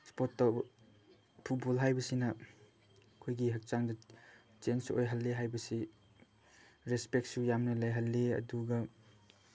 sport ꯇꯧꯕ football ꯍꯥꯏꯕꯁꯤꯅ ꯑꯩꯈꯣꯏꯒꯤ ꯍꯛꯆꯥꯡꯗ ꯆꯦꯟꯖ ꯑꯣꯏꯍꯜꯂꯤ ꯍꯥꯏꯕꯁꯤ ꯔꯦꯁꯄꯦꯛꯁꯨ ꯌꯥꯝꯅ ꯂꯩꯍꯜꯂꯤ ꯑꯗꯨꯒ